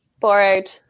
borrowed